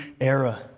era